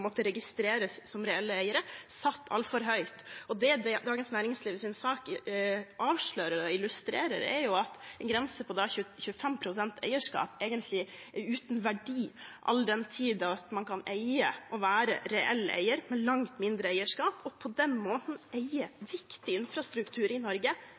måtte registreres som reelle eiere satt altfor høyt. Det Dagens Næringslivs sak avslører og illustrerer, er at en grense på 25 pst. eierskap egentlig er uten verdi, all den tid man kan eie og være reell eier med langt mindre eierskap og på den måten eie viktig infrastruktur i Norge